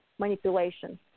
manipulation